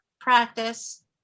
practice